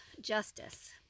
justice